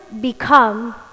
become